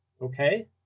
Okay